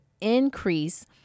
increase